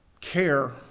care